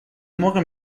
موقع